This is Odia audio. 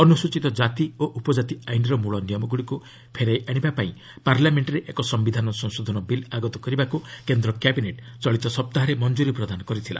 ଅନୁସ୍ଚିତ ଜାତି ଓ ଉପକାତି ଆଇନର ମୂଳ ନିୟମଗୁଡ଼ିକୁ ଫେରାଇ ଆଣିବାପାଇଁ ପାର୍ଲାମେଖରେ ଏକ ସିୟିଧାନ ସଂଶୋଧନ ବିଲ୍ ଆଗତ କରିବାକୁ କେନ୍ଦ୍ର କ୍ୟାବିନେଟ୍ ଚଳିତ ସପ୍ତାହରେ ମଞ୍ଜରି ପ୍ରଦାନ କରିଥିଲା